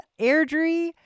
Airdrie